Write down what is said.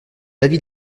l’avis